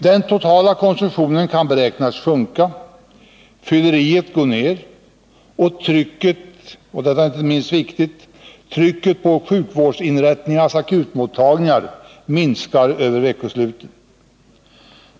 Den totala konsumtionen kan beräknas sjunka, fylleriet går ned och — vilket inte är minst viktigt — trycket på sjukvårdsinrättningarnas akutmottagningar minskar över veckosluten.